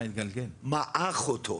מעך אותו.